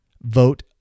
Vote